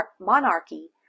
monarchy